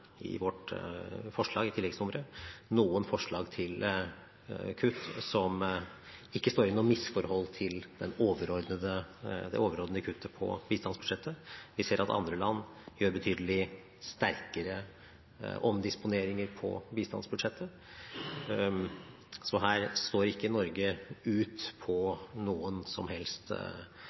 forslag til kutt som ikke står i noe misforhold til det overordnede kuttet på bistandsbudsjettet. Vi ser at andre land gjør betydelig sterkere omdisponeringer på bistandsbudsjettet, så her står ikke Norge ut på noen som helst